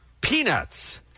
Peanuts